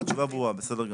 התשובה ברורה, בסדר גמור.